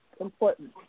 important